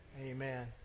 Amen